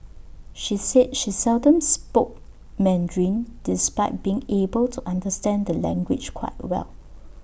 he said she seldom spoke Mandarin despite being able to understand the language quite well